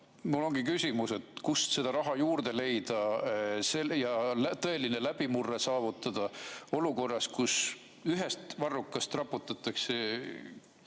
Mul ongi küsimus. Kust seda raha juurde leida ja tõeline läbimurre saavutada olukorras, kus ühest varrukast raputatakse